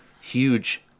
huge